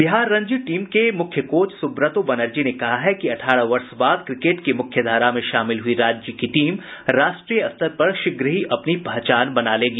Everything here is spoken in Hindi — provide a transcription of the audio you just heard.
बिहार रणजी टीम के मुख्य कोच सुब्रतो बनर्जी ने कहा है कि अठारह वर्ष बाद क्रिकेट की मुख्यधारा में शामिल हुई राज्य की टीम राष्ट्रीय स्तर पर शीघ्र ही अपनी पहचान बना लेगी